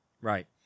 Right